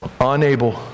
Unable